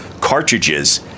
cartridges